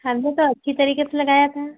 हमने तो अच्छी तरीके से लगाया था